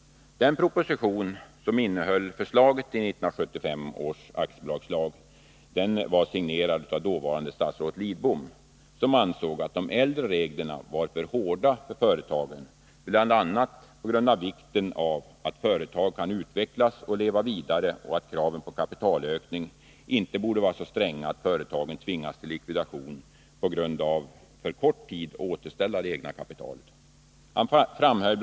Den proposition som innehöll förslaget till 1975 års aktiebolagslag var signerad av dåvarande statsrådet Lidbom. Han ansåg att de äldre reglerna var för hårda för företagen — företagen skulle ju utvecklas och leva vidare — och att kraven på kapitalökning inte borde vara så stränga att företagen tvingas till likvidation därför att tiden för återställandet av det egna kapitalet var så kort.